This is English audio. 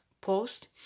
post